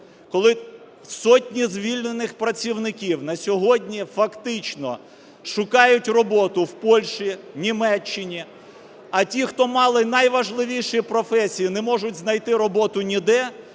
коли сотні звільнених працівників на сьогодні фактично шукають роботу в Польщі, Німеччині, а ті, хто мали найважливіші професії, не можуть знайти роботу ніде,